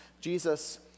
Jesus